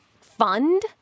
fund